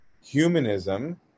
Humanism